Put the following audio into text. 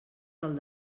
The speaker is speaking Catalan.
del